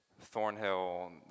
Thornhill